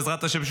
בעזרת השם,